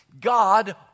God